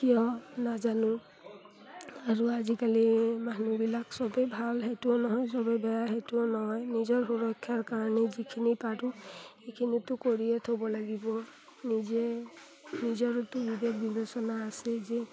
কিয় নাজানো আৰু আজিকালি মানুহবিলাক চবেই ভাল সেইটোও নহয় চবেই বেয়া সেইটোও নহয় নিজৰ সুৰক্ষাৰ কাৰণে যিখিনি পাৰোঁ সেইখিনিতিতো কৰিয়ে থ'ব লাগিব নিজে নিজৰতো বিবেক বিৱেচনা আছে যে